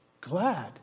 glad